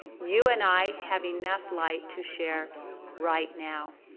you and i have enough light to share right now.